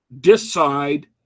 decide